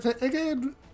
again